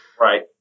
right